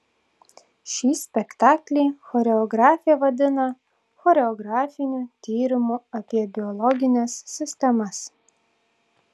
šį spektaklį choreografė vadina choreografiniu tyrimu apie biologines sistemas